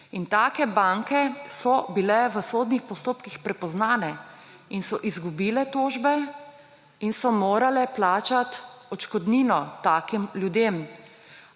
Take banke so bile v sodnih postopkih prepoznane in so izgubile tožbe in so morale plačati odškodnino takim ljudem,